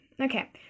okay